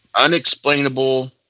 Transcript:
Unexplainable